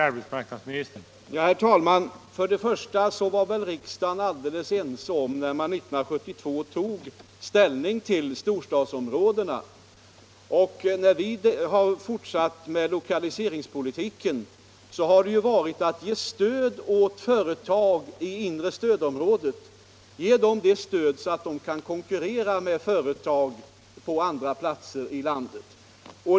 Herr talman! Riksdagen var väl alldeles enig när den 1972 tog ställning i frågan om storstadsområdena. Vi har sedan fortsatt med lokaliseringspolitiken för att ge stöd åt företag i inre stödområdet så att de kan konkurrera med företag på andra platser i landet.